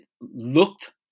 looked